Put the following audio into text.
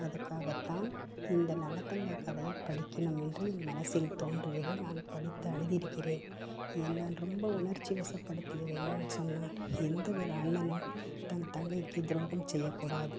அதுக்காகத்தான் இந்த நல்லதங்காள் கதையை படிக்கணும் என்று என் மனதில் தோன்றியது நான் படித்து அழுதுருக்கிறேன் என்ன ரொம்ப உணர்ச்சி வசப்படுத்தியது என்னென்று சொன்னால் எந்த ஒரு அண்ணனும் தன் தங்கைக்கு துரோகம் செய்யக்கூடாது